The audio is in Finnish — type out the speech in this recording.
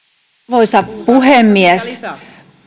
arvoisa puhemies